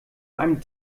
einem